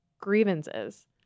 grievances